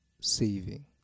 saving